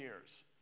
years